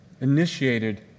initiated